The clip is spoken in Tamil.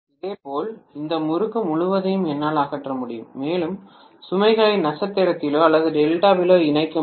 இதேபோல் இந்த முறுக்கு முழுவதையும் என்னால் அகற்ற முடியும் மேலும் சுமைகளை நட்சத்திரத்திலோ அல்லது டெல்டாவிலோ இணைக்க முடியும்